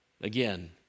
Again